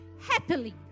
happily